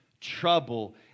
trouble